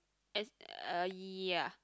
as a ya